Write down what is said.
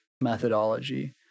methodology